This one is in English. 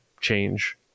change